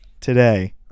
today